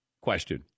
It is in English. question